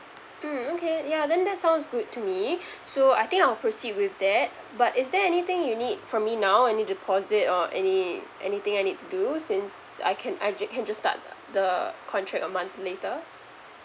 mm okay ya that sounds good to me so I think I will proceed with that but is there anything you need from me now any deposit or any anything I need to do since I can I ju~ can just start the contract a month later